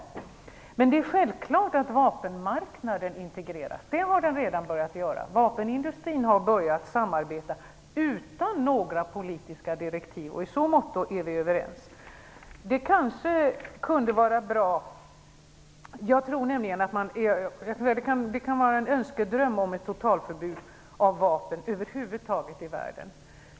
Men jag vill säga att det är självklart att vapenmarknaden integreras. Det har den redan börjat göra. Vapenindustrin har börjat samarbeta utan några politiska direktiv. I så måtto är vi överens. Det kan vara en önskedröm det här med ett totalförbud av vapen över huvud taget i världen.